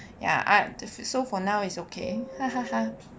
ya I to so for now it's okay